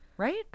Right